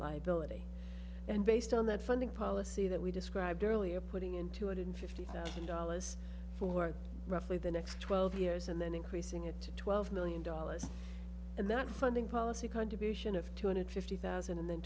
liability and based on that funding policy that we described earlier putting in two hundred fifty thousand dollars for roughly the next twelve years and then increasing it to twelve million dollars and that funding policy contribution of two hundred fifty thousand and then